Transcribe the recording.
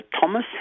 Thomas